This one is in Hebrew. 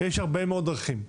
יש הרבה מאוד דרכים.